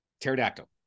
Pterodactyl